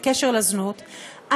בקשר לזנות,